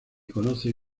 conoce